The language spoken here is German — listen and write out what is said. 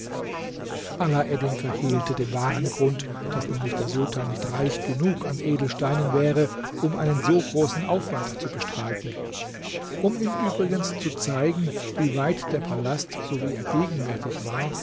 alaeddin verhehlte den wahren grund daß nämlich der sultan nicht reich genug an edelsteinen wäre um einen so großen aufwand zu bestreiten um ihm übrigens zu zeigen wie weit der palast so wie er gegenwärtig war